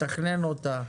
לתכנן אותה,